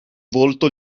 volto